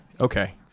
Okay